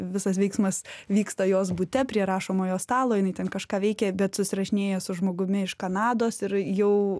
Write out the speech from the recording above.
visas veiksmas vyksta jos bute prie rašomojo stalo jinai ten kažką veikia bet susirašinėja su žmogumi iš kanados ir jau